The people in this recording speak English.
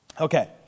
Okay